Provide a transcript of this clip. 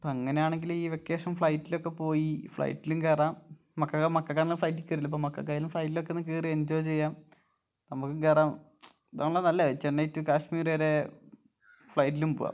അപ്പം അങ്ങനെ ആണെങ്കിൽ ഈ വെക്കേഷൻ ഫ്ലൈറ്റിലൊക്കെ പോയി ഫ്ലൈറ്റിലും കയറാം മക്കൾക്ക് മക്കൾക്കൊന്നും ഫ്ലൈറ്റിൽ കയറിയിട്ടില്ല അപ്പം മക്കൾക്കായാലും ഫ്ലൈറ്റിലൊക്കെ ഒന്ന് കയറി എഞ്ചോയ് ചെയ്യാം നമുക്കും കയറാം ഇതാണല്ലൊ നല്ലത് ചെന്നൈ റ്റു കാശ്മീര് വരേ ഫ്ളൈറ്റിലും പോകാം